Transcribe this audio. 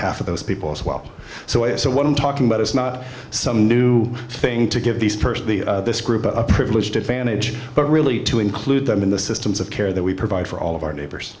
half of those people as well so i so what i'm talking about is not some new thing to give these person this group a privileged advantage but really to include them in the systems of care that we provide for all of our neighbors